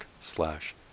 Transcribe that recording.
slash